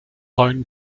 lone